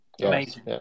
Amazing